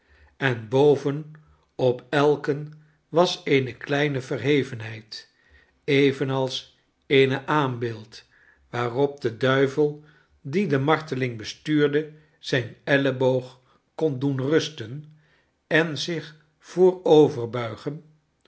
en boven op elken was eene kleine verhevenheid evenals eene aambeeld waarop de duivel die de marteling bestuurde zijn elleboog kon doen rusten en zich